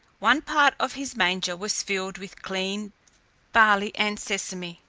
one part of his manger was filled with clean barley and sesame,